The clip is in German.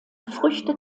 früchte